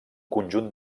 conjunt